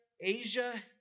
Asia